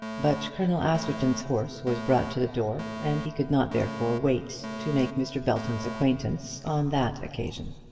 but colonel askerton's horse was brought to the door, and he could not therefore wait to make mr. belton's acquaintance on that occasion.